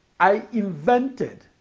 i invented